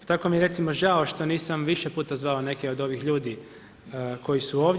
Tako mi je recimo žao što nisam više puta zvao neke od ovih ljudi koji su ovdje.